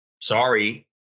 Sorry